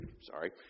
sorry